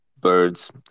birds